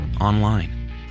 online